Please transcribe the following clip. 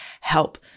help